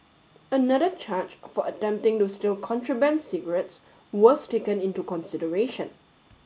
another charge for attempting to steal contraband cigarettes was taken into consideration